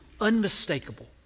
unmistakable